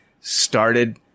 started